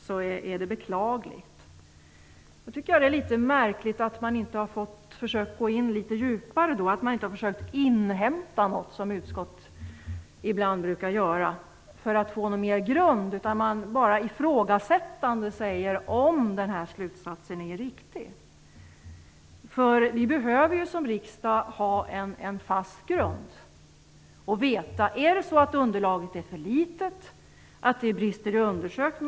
Då tycker jag att det är märkligt att man inte har försökt att gå litet djupare och inhämta information, som utskott ibland brukar göra, för att få en bättre grund. Man säger utan ifrågasättande: Om slutsatsen är riktig så är det beklagligt. Vi behöver i riksdagen ha en fast grund och få veta om underlaget är för litet eller om det brister i undersökning.